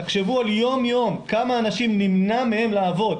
תחשבו יום יום כמה אנשים נמנע מהם לעבוד.